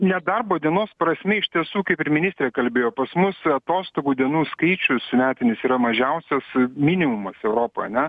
nedarbo dienos prasme iš tiesų kaip ir ministrė kalbėjo pas mus atostogų dienų skaičius metinis yra mažiausias minimumas europoje ane